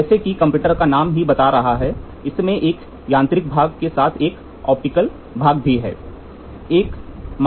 जैसा कि कंपैरेटर का नाम ही बताता है इसमें एक यांत्रिक भाग के साथ साथ एक ऑप्टिकल भाग भी है